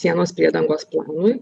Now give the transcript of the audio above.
sienos priedangos planui